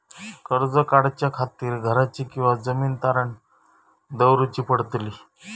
कर्ज काढच्या खातीर घराची किंवा जमीन तारण दवरूची पडतली?